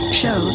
show